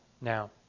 now